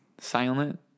silent